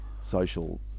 social